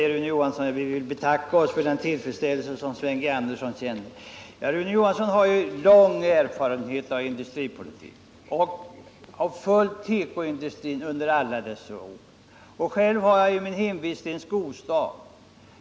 Rune Johansson betackar sig för den tillfredsställelse Sven Andersson känner. Rune Johansson har ju lång erfarenhet av industripolitik och har följt tekoindustrin under alla dessa år. Själv har jag mitt hemvist i en skostad.